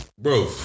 Bro